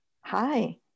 Hi